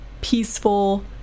peaceful